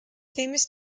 famous